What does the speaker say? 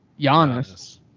Giannis